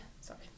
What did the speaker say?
sorry